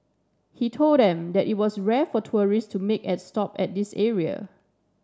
he told them that it was rare for tourists to make a stop at this area